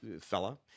fella